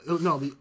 no